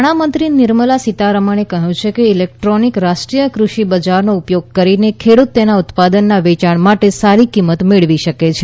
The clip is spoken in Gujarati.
નાણા મંત્રીનિર્મળા સીતારમણે કહ્યું છે કે ઇલેક્ટ્રોનિક રાષ્ટ્રીય કૃષિ બજારનો ઉપયોગ કરીને ખેડૂત તેના ઉત્પાદનના વેયાણ માટે સારી કિંમત મેળવી શકે છે